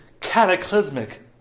cataclysmic